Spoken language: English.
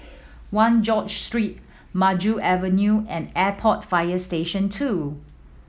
One George Street Maju Avenue and Airport Fire Station Two